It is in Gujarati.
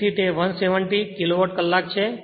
તેથી તે 170 કિલોવોટ કલાક છે